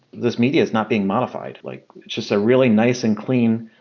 this media is not being modified. like it's just a really nice and clean,